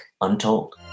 Untold